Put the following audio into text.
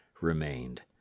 remained